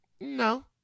No